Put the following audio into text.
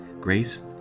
Grace